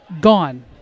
gone